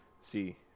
see